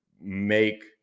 make